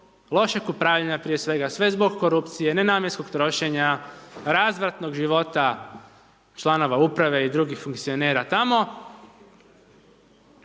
lošeg upravljanja prije svega, sve zbog korupcije, nenamjenskog trošenja, razvratnog života članova Uprave i drugih funkcionera tamo.